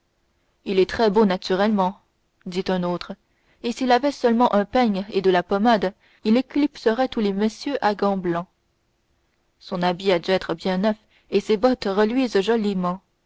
il est très beau naturellement dit un autre et s'il avait seulement un peigne et de la pommade il éclipserait tous les messieurs à gants blancs son habit a dû être bien neuf et ses bottes reluisent joliment